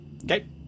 Okay